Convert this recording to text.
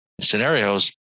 scenarios